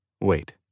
Wait